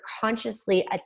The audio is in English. consciously